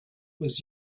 was